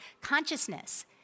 consciousness